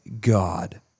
God